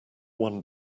one